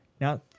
now